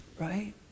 right